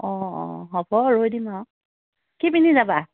অ অ হ'ব ৰৈ দিম আৰু কি পিন্ধি যাবা